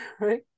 right